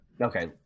Okay